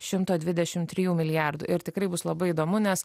šimto dvidešimt trijų milijardų ir tikrai bus labai įdomu nes